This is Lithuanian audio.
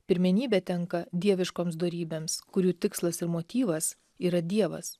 pirmenybė tenka dieviškoms dorybėms kurių tikslas ir motyvas yra dievas